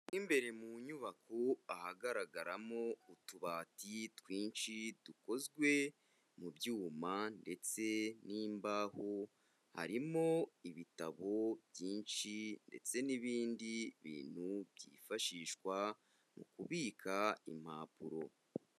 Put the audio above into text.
Mo imbere mu nyubako ahagaragaramo utubati twinshi dukozwe mu byuma ndetse n'imbaho, harimo ibitabo byinshi ndetse n'ibindi bintu byifashishwa mu kubika impapuro.